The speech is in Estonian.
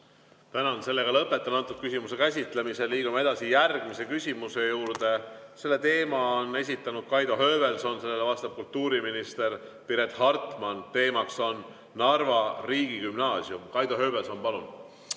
Tänan! Lõpetan selle küsimuse käsitlemise. Liigume edasi järgmise küsimuse juurde. Selle teema on esitanud Kaido Höövelson, vastab kultuuriminister Piret Hartman ja teemaks on Narva riigigümnaasium. Kaido Höövelson, palun!